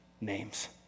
names